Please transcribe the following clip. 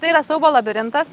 tai yra siaubo labirintas